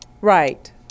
Right